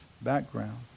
background